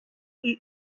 eat